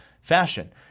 fashion